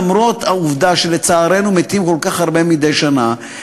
למרות העובדה שלצערנו מתים כל כך הרבה מדי שנה,